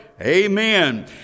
Amen